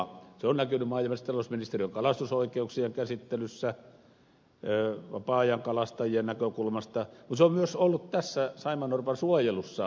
se on näkynyt maa ja metsätalousministeriön kalastusoikeuksien käsittelyssä vapaa ajan kalastajien näkökulmasta mutta se on myös ollut tässä saimaannorpan suojelussa